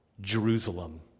Jerusalem